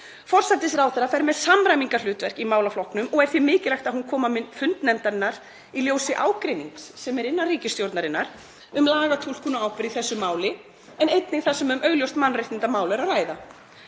Forsætisráðherra fer með samræmingarhlutverk í málaflokknum og er því mikilvægt að hún komi á fund nefndarinnar í ljósi ágreinings sem er innan ríkisstjórnarinnar um lagatúlkun og ábyrgð í þessu máli, en einnig þar sem um augljóst mannréttindamál er að ræða.